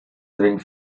having